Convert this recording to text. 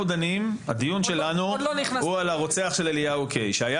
הדיון שלנו הוא על הרוצח של אליהו קיי שהיה